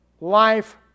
life